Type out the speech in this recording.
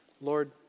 Lord